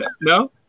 No